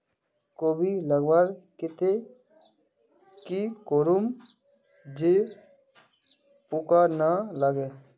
कोबी लगवार केते की करूम जे पूका ना लागे?